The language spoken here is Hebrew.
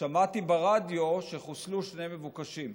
שמעתי ברדיו שחוסלו שני מבוקשים.